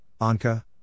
Anka